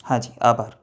હા જી આભાર